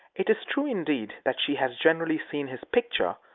it is true, indeed, that she has generally seen his picture,